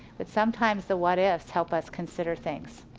but sometimes the what ifs help us consider things.